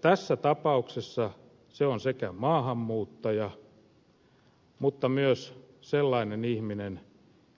tässä tapauksessa se on sekä maahanmuuttaja että myös sellainen ihminen